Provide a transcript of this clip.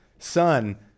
Son